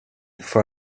for